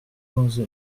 onze